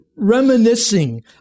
reminiscing